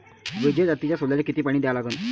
विजय जातीच्या सोल्याले किती पानी द्या लागन?